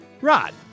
rod